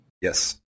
Yes